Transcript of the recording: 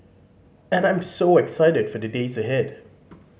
and I'm so excited for the days ahead